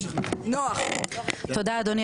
תודה רבה.